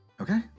Okay